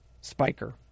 Spiker